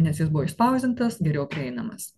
nes jis buvo išspausdintas geriau prieinamas